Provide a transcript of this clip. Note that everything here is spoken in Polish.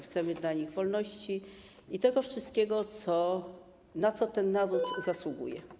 Chcemy dla nich wolności i tego wszystkiego, na co ten naród zasługuje.